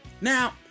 Now